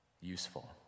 useful